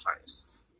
first